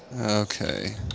Okay